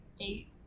Eight